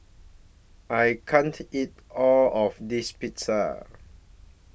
I can't eat All of This Pizza